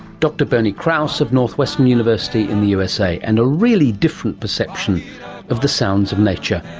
dr bernie krause of northwestern university in the usa, and a really different perception of the sounds of nature.